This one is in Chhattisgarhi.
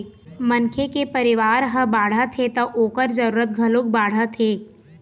मनखे के परिवार ह बाढ़त हे त ओखर जरूरत घलोक बाढ़त हे